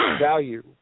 value